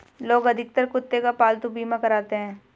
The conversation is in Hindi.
लोग अधिकतर कुत्ते का पालतू बीमा कराते हैं